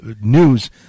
news